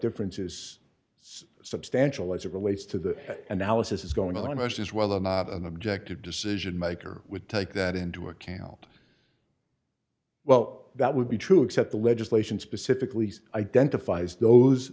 difference is so substantial as it relates to the analysis is going to join us as well or not an objective decision maker would take that into account well that would be true except the legislation specifically identifies those